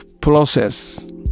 process